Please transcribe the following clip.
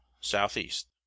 Southeast